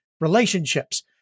Relationships